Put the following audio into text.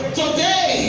today